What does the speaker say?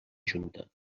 junta